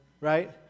right